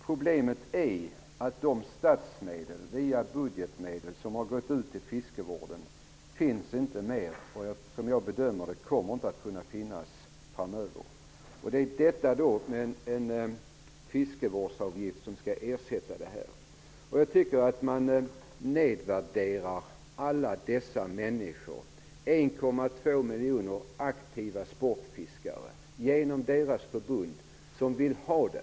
Problemet är att de statsmedel som har gått till fiskevården via budgetmedel inte finns mer, och som jag bedömer det kommer de inte att finnas framöver. Fiskevårdsavgiften skall ersätta dessa medel. Sportfiskarnas förbund som vill ha denna avgift nedvärderar alla de 1,2 miljoner människor som är aktiva sportfiskare.